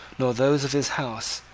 nor those of his house,